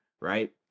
right